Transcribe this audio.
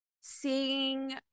seeing